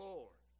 Lord